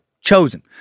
chosen